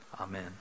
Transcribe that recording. Amen